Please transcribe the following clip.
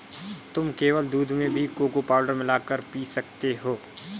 तुम केवल दूध में भी कोको पाउडर मिला कर पी सकते हो